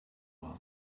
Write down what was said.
one